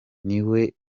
niwe